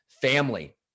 family